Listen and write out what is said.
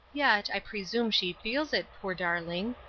yet, i presume she feels it, poor darling,